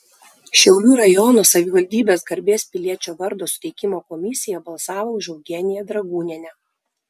šiaulių rajono savivaldybės garbės piliečio vardo suteikimo komisija balsavo už eugeniją dragūnienę